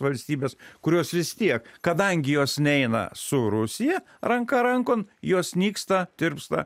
valstybės kurios vis tiek kadangi jos neina su rusija ranka rankon jos nyksta tirpsta